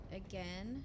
again